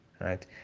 right